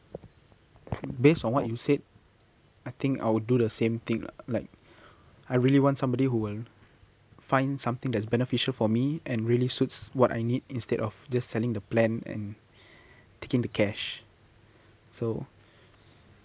based on what you said I think I would do the same thing lah like I really want somebody who will find something that is beneficial for me and really suits what I need instead of just selling the plan and taking the cash so